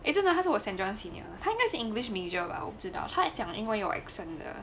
eh 真的他是我的 saint john senior 他应该是 english major 吧我不知道他讲英文有 accent 的